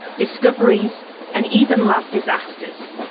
discoveries and even lab disasters.